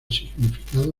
significado